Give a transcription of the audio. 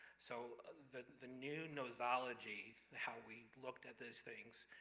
so, the the new nosology, how we looked at those things,